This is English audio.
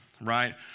right